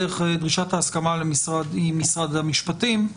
דרישת ההסכמה למשרד היא ממשרד המשפטים.